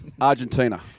argentina